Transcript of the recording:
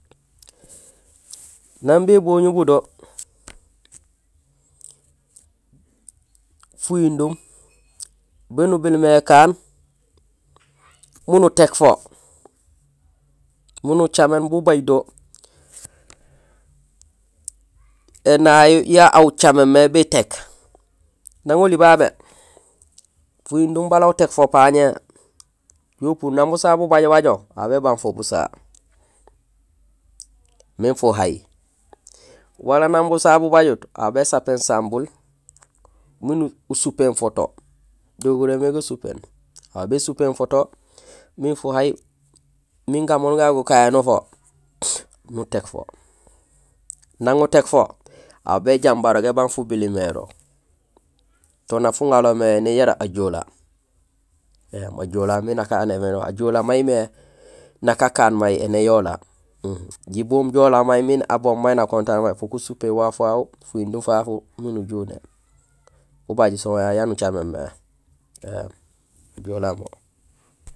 Nang béboñul bodo fuyundum bu nubilmé ékaan moon étéék fo mun ucaméén umbu ubaaj do éné yayu ya aw ucaméén mé bitéék. Nang oli babé, fuyundum bala utéék fo pañéér, nang busaha bubajo bajo, aw bébang fo busaha min fuhay, wala nang busaha bubajut, bésapin sambun min usupin fo to. Do gurégémé gasupéén, aw bésupin fo to min fuhay min gamoon gagu gukahéén nufo, nutéék fo. Nang utéék fo, aw béjaam barogé ban fubilimé érok. To na fuŋanlomé éné yara ajoola éém ajoola mé nak hané mémé. Ajoola mé nak akaan may indé yola. Jiboom jola may miin aboom may nakontaan may fok usupin waaf wawu, fuyundum fafu min uju né ubaaj son yayu yaan ucaméén mé éém, ajoola mo.